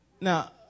Now